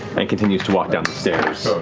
and continues to walk down the stairs.